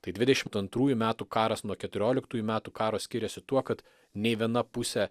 tai dvidešimt antrųjų metų karas nuo keturioliktųjų metų karo skiriasi tuo kad nei viena pusė